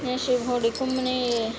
ते शिवखोड़ी घुम्मने गी गे